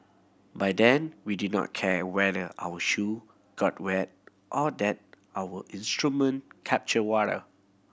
by then we didn't care whether our shoe got wet or that our instrument captured water